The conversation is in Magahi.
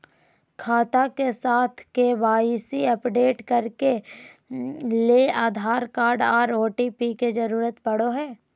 खाता के साथ के.वाई.सी अपडेट करे ले आधार कार्ड आर ओ.टी.पी के जरूरत पड़ो हय